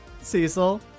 Cecil